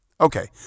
Okay